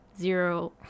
zero